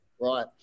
Right